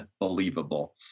unbelievable